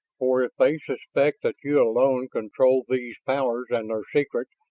for if they suspect that you alone control these powers and their secret,